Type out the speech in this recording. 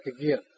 again